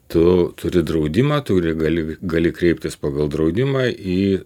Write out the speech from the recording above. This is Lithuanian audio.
tu turi draudimą turi gali gali kreiptis pagal draudimą į